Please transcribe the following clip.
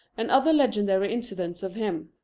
and other legendary incidents of him.